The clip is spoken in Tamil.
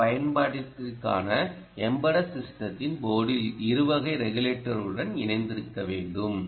டி பயன்பாட்டிற்கான எம்பட்டட் சிஸ்டத்தின் போர்டில் இரு வகை ரெகுலேட்டர்களுடனும் இணைந்திருக்க வேண்டும்